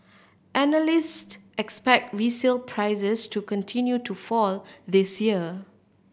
analyst expect resale prices to continue to fall this year